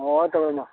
ᱦᱳᱭ ᱛᱚᱵᱮ ᱢᱟ